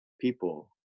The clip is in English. people